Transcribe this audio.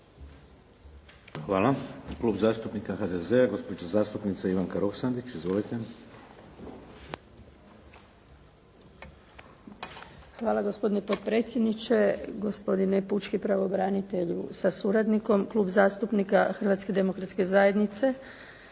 Hvala. Klub zastupnika HDZ-a gospođa zastupnica Ivanka Roksandić. Izvolite. **Roksandić, Ivanka (HDZ)** Hvala gospodine potpredsjedniče, gospodine pučki pravobranitelju sa suradnikom. Klub zastupnika Hrvatske demokratske zajednice